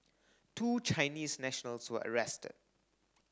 two Chinese nationals were arrested